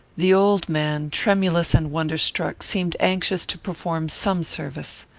the old man, tremulous and wonder-struck, seemed anxious to perform some service.